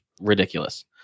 ridiculous